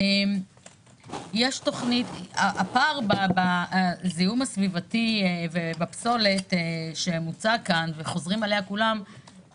יש תוכנית הפער בזיהום הסביבתי ובפסולת שמוצג כאן וחוזרים עליה כולם,